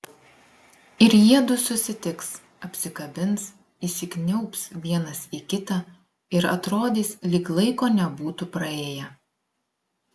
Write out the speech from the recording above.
ir jiedu susitiks apsikabins įsikniaubs vienas į kitą ir atrodys lyg laiko nebūtų praėję